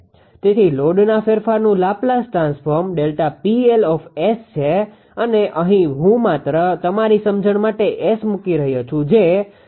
તેથી લોડના ફેરફારનુ લાપ્લાઝ ટ્રાન્સફોર્મ Δ𝑃𝐿𝑆 છે અને અહી હું માત્ર તમારી સમજણ માટે S મૂકી રહ્યો છુ જે −0